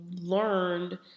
learned